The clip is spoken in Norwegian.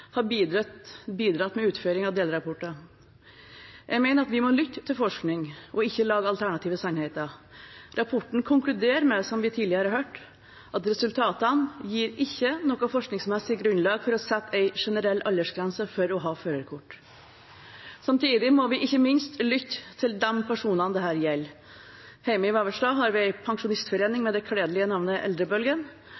har bidratt med delrapporter. Jeg mener at vi må lytte til forskning og ikke lage alternative sannheter. Rapporten konkluderer med, som vi tidligere har hørt, at resultatene ikke gir noe forskningsmessig grunnlag for å sette en generell aldersgrense for å ha førerkort. Samtidig må vi ikke minst lytte til de personene dette gjelder. Hjemme i Vevelstad har vi en pensjonistforening